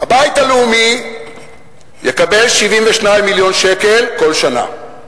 הבית היהודי יקבל 72 מיליון שקל בכל שנה.